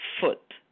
foot